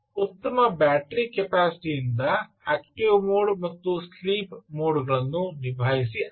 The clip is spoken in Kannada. ಉತ್ತಮ ಬ್ಯಾಟರಿ ಕೆಪಾಸಿಟಿ ಯಿಂದ ಆಕ್ಟಿವ್ ಮೋಡ್ ಮತ್ತು ಸ್ಲೀಪ್ ಮೋಡ್ ಗಳನ್ನು ನಿಭಾಯಿಸಿ ಆಗಿದೆ